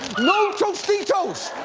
no tostitos!